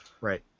Right